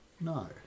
no